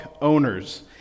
owners